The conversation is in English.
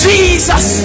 Jesus